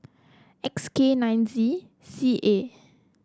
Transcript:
X K nine Z C A